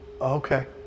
Okay